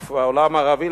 הווקף והעולם הערבי,